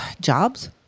Jobs